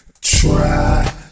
try